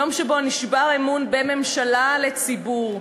יום שבו נשבר אמון בין ממשלה לציבור,